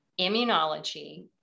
immunology